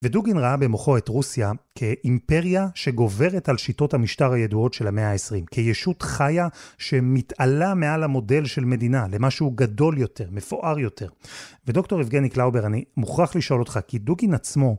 ודוגין ראה במוחו את רוסיה, כאימפריה שגוברת על שיטות המשטר הידועות של המאה ה-20, כישות חיה שמתעלה מעל המודל של מדינה, למשהו גדול יותר, מפואר יותר. ודוקטור יבגני קלאובר, אני מוכרח לשאול אותך, כי דוגין עצמו,